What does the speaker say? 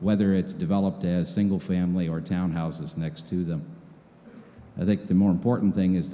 whether it's developed as a single family or town houses next to them i think the more important thing is